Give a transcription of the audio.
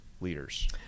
leaders